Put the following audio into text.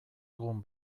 egun